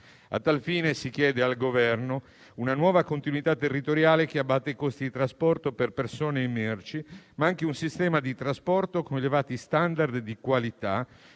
A tal fine si chiede al Governo una nuova continuità territoriale che abbatta i costi di trasporto per persone e merci, ma anche un sistema di trasporto con elevati *standard* di qualità